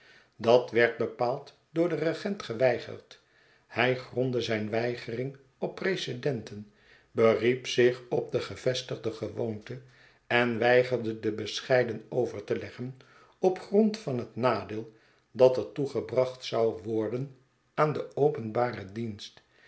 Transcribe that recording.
dat werd bepaald door den regent geweigerd hij grondde zijn weigering op precedenten beriep zich op de gevestigde gewoonte en weigerde de bescheiden over te leggen op grond van het nadeel dat er toegebracht zou worden aan den openbaren dienst